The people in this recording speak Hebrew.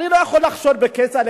אני לא יכול לחשוד בכצל'ה,